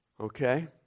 Okay